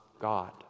God